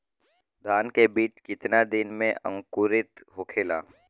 धान के बिज कितना दिन में अंकुरित होखेला?